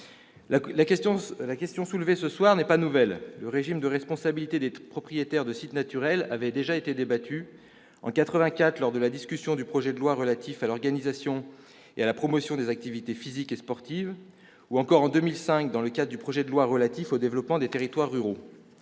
la question soulevée ce soir n'est pas nouvelle. Le régime de responsabilité des propriétaires de sites naturels avait déjà été débattu en 1984 lors de la discussion du projet de loi relatif à l'organisation et à la promotion des activités physiques et sportives, en 2005 dans le cadre du projet de loi relatif au développement des territoires ruraux